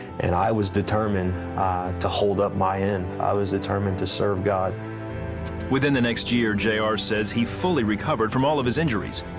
and i was determined to hold up my end. i was determined to serve god. reporter within the next year, j r. said he fully recovered from all of his injuries,